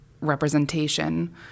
representation